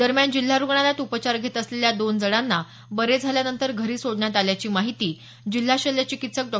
दरम्यान जिल्हा रुग्णालयात उपचार घेत असलेल्या दोन जणांना बरे झाल्यानंतर घरी सोडण्यात आल्याची माहिती जिल्हा शल्य चिकित्सक डॉ